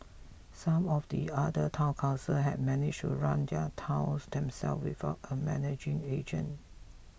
some of the other Town Councils have managed to run their towns themselves without a managing agent